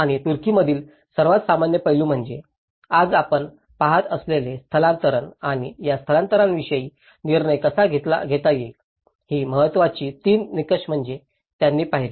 आणि तुर्कीमधील सर्वात सामान्य पैलू म्हणजे आपण पहात असलेले स्थलांतरण आणि या स्थलांतरणाविषयी निर्णय कसा घेता येईल ही महत्त्वाची तीन निकष म्हणजे त्यांनी पाहिले